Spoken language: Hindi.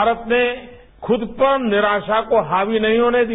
भारत ने खुद पर निराशा को हावी नहीं होने दिया